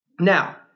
Now